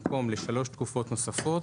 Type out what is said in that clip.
במקום "לשלוש תקופות נוספות"